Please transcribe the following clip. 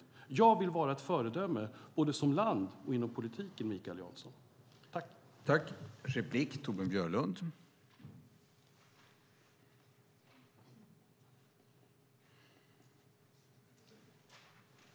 Jag vill att vi ska vara ett föredöme som land, och jag vill vara ett föredöme inom politiken.